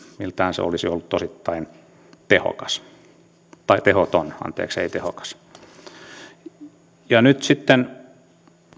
seuraamusjärjestelmiltään se olisi ollut osittain tehoton nyt sitten